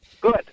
good